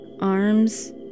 arms